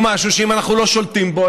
הוא משהו שאם אנחנו לא שולטים בו,